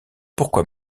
pourquoi